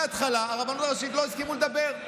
מההתחלה הרבנות הראשית לא הסכימה לדבר.